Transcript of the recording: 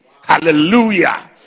Hallelujah